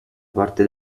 parte